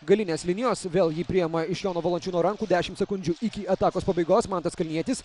galinės linijos vėl jį priima iš jono valančiūno rankų dešimt sekundžių iki atakos pabaigos mantas kalnietis